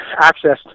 accessed